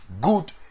good